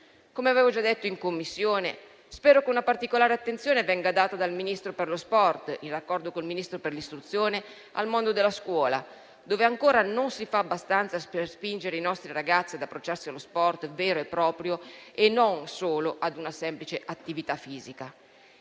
Come ho già detto in Commissione, spero che una particolare attenzione venga data dal Ministro per lo sport, in raccordo con il Ministro per l'istruzione, al mondo della scuola, dove ancora non si fa abbastanza per spingere i nostri ragazzi ad approcciarsi allo sport vero e proprio e non solo a una semplice attività fisica.